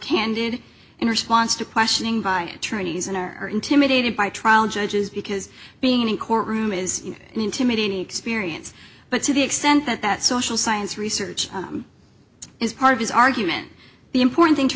candid in response to questioning by attorneys and are intimidated by trial judges because being in a courtroom is an intimidating experience but to the extent that that social science research is part of his argument the important thing to